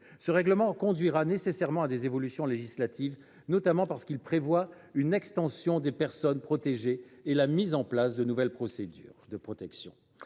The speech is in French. Ce texte conduira nécessairement à des évolutions législatives, notamment parce qu’il prévoit une extension des personnes protégées et la mise en place de nouvelles procédures de protection.